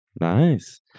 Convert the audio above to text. nice